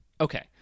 Okay